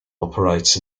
operates